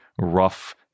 rough